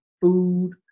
food